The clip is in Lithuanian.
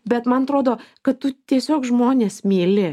bet man atrodo kad tu tiesiog žmones myli